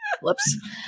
Whoops